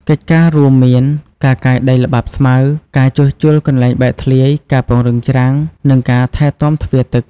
កិច្ចការរួមមាន ការកាយដីល្បាប់ស្មៅ ការជួសជុលកន្លែងបែកធ្លាយ ការពង្រឹងច្រាំង និងការថែទាំទ្វារទឹក។